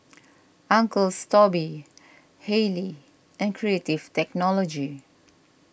Uncle Toby's Haylee and Creative Technology